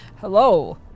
Hello